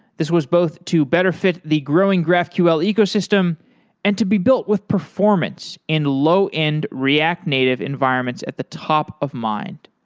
this was both to better fit the growing graphql ecosystem and to be built with performance in low-end react native environments at the top of mind.